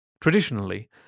Traditionally